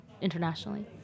internationally